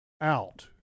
out